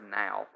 now